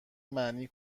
معنی